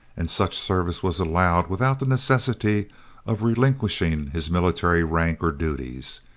and such service was allowed without the necessity of relinquishing his military rank or duties.